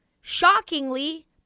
Shockingly